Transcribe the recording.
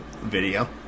video